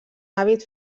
hàbit